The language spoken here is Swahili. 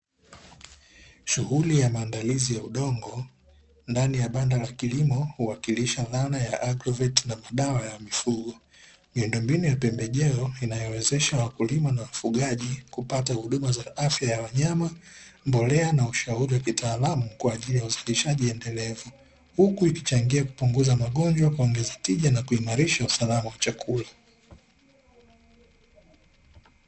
Shughuli ya maandalizi ya udongo ndani ya banda la kilimo huwakilisha dhana ya agroveti na madawa ya mifugo, miundo mbinu ya pembejeo inayowezesha wakulima na wafugaji kupata huduma za afya ya wanyama mbolea na ushauri wa kitaalamu, kwaajili ya uzalishaji endelevu huku ikichangia kupunguza magonjwa kuongeza tija, na kuimarisha usalama wa chakula.